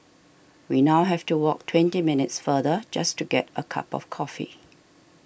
we now have to walk twenty minutes farther just to get a cup of coffee